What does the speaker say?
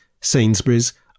sainsbury's